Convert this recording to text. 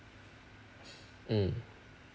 mm